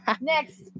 Next